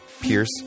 pierce